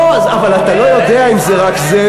לא, אבל אתה לא יודע אם זה רק זה.